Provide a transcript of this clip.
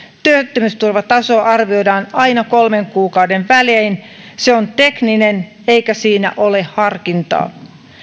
työttömyysturvataso arvioidaan aina kolmen kuukauden välein se on tekninen eikä siinä ole harkintaa